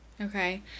okay